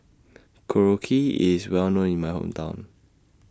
Korokke IS Well known in My Hometown